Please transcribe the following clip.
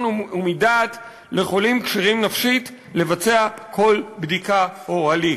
ומדעת לחולים כשירים נפשית לבצע כל בדיקה או הליך.